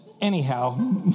Anyhow